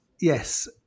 yes